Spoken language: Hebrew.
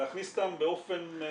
להכניס אותם באופן חלק.